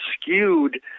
skewed